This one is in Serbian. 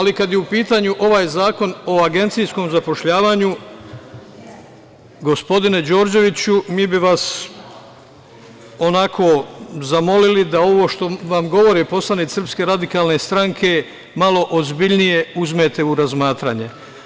Kada je u pitanju ovaj Zakon o agencijskom zapošljavanju, gospodine Đorđeviću, mi bi vas onako zamolili da ovo što vam govore poslanici SRS malo ozbiljnije uzmete u razmatranje.